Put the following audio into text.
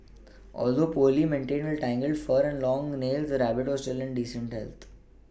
although poorly maintained with tangled fur and long nails the rabbit was still in decent